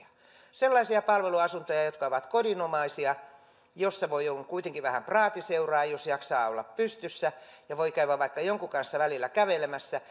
sellaisia palveluasuntoja jotka ovat kodinomaisia joissa voi olla kuitenkin vähän praatiseuraa jos jaksaa olla pystyssä ja voi käydä vaikka jonkun kanssa välillä kävelemässä